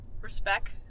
Respect